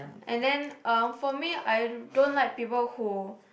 and then um for me I don't like people who